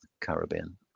Caribbean